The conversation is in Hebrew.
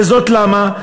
וזאת למה?